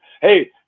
Hey